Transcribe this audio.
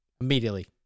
immediately